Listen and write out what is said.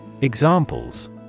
Examples